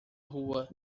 rua